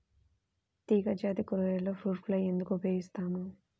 తీగజాతి కూరగాయలలో fruit fly ఎందుకు ఉపయోగిస్తాము?